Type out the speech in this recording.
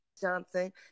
johnson